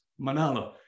Manalo